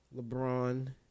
LeBron